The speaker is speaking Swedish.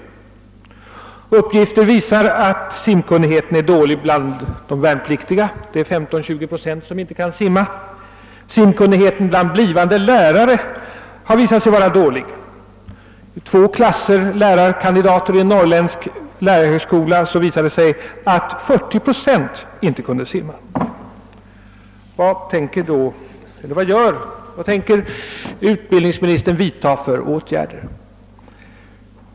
Uppgifter visar att simkunnigheten är dålig bland de värnpliktiga; det är 15—20 procent som inte kan simma. Simkunnigheten bland blivande lärare har också visat sig vara dålig. I två klasser lärarkandidater vid en norrländsk lärarhögskola visade det sig att 40 procent inte kunde simma. ministern då vidtaga?